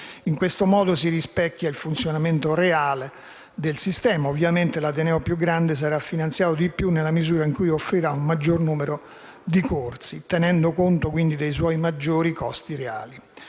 In questo modo si rispecchia il funzionamento reale del sistema. Ovviamente, l'ateneo più grande sarà finanziato di più nella misura in cui offrirà un maggior numero di corsi, tenendo conto quindi dei suoi maggiori costi reali.